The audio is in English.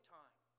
time